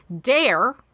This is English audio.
dare